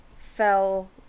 fell